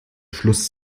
schluss